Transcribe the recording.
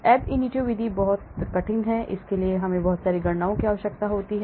ab initio विधि बहुत बहुत कठोर है इसके लिए बहुत सारी गणनाओं की आवश्यकता होती है